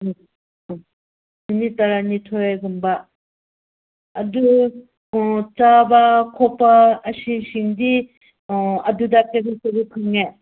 ꯎꯝ ꯎꯝ ꯅꯨꯃꯤꯠ ꯇꯔꯥꯅꯤꯊꯣꯏꯒꯨꯝꯕ ꯑꯗꯨ ꯆꯥꯕ ꯈꯣꯠꯄ ꯑꯁꯤꯁꯤꯡꯗꯤ ꯑꯗꯨꯗ ꯀꯔꯤ ꯀꯔꯤ ꯐꯪꯉꯦ